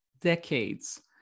decades